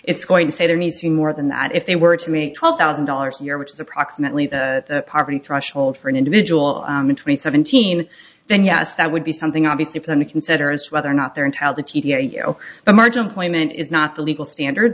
it's going to say there needs to be more than that if they were to meet twelve thousand dollars a year which is approximately the poverty threshold for an individual twenty seventeen then yes that would be something obviously for them to consider is whether or not there and how the marginal claimant is not the legal standard